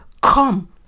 come